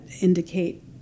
indicate